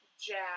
Jack